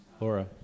Laura